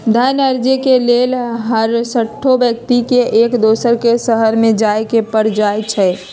धन अरजे के लेल हरसठ्हो व्यक्ति के एक दोसर के शहरमें जाय के पर जाइ छइ